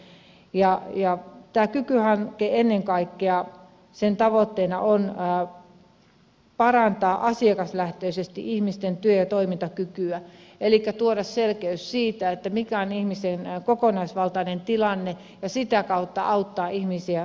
tämän kyky hankkeen tavoitteena on ennen kaikkea parantaa asiakaslähtöisesti ihmisten työ ja toimintakykyä elikkä tuoda selkeys siitä mikä on ihmisen kokonaisvaltainen tilanne ja sitä kautta auttaa ihmisiä takaisin työmarkkinoille